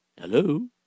Hello